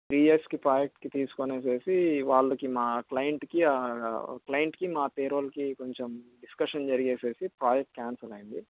three ఇయర్స్కి ప్రాజెక్ట్కి తీసుకుని వాళ్ళకి మా క్లైంట్కి క్లైంట్కి మా పేరోల్కి కొంచెం డిస్కషన్ జరిగేసరికి ప్రాజెక్ట్ క్యాన్సిల్ అయింది